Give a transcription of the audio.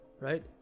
right